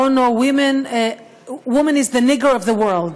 אונו, Woman is the nigger of the world,